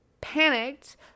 panicked